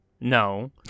no